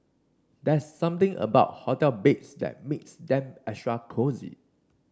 there's something about hotel beds that makes them extra cosy